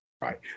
Right